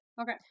Okay